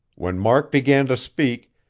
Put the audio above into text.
when mark began to speak,